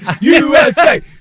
USA